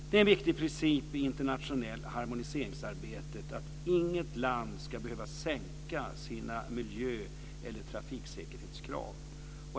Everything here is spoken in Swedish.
Det är en viktig princip i internationellt harmoniseringsarbete att inget land ska behöva sänka sina miljö eller trafiksäkerhetskrav.